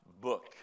book